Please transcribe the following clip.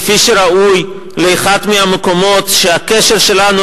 כפי שראוי לאחד מהמקומות שהקשר שלנו